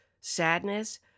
sadness